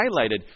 highlighted